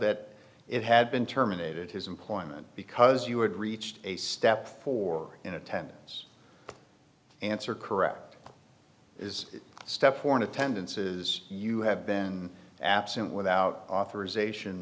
that it had been terminated his employment because you had reached a step for in attendance answer correct is step four in attendances you have been absent without authorization